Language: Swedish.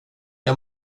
jag